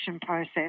process